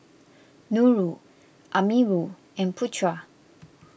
Nurul Amirul and Putra